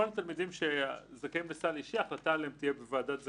התלמידים שזכאים לסל אישי - ההחלטה עליהם תהיה בוועדת זכאות,